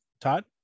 Todd